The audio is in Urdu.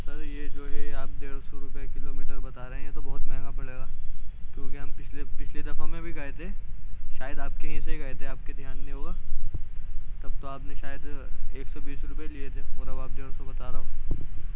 سر یہ جو ہے آپ ڈیڑھ سو روپئے کلو میٹر بتا رہے ہیں یہ تو بہت مہنگا پڑے گا کیوںکہ ہم پچھلے پچھلی دفعہ میں بھی گئے تھے شاید آپ کے یہیں سے ہی گئے تھے آپ کے دھیان نہیں ہوگا تب تو آپ نے شاید ایک سو بیس روپئے لیے تھے اور اب آپ ڈیڑھ سو بتا رہے ہو